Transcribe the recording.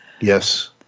Yes